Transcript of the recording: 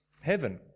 heaven